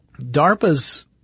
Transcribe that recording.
DARPA's